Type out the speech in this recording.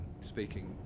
speaking